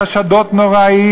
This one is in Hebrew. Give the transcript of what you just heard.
חשדות נוראיים,